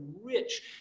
rich